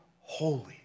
holy